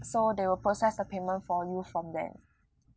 so they will process the payment for you from there